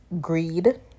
Greed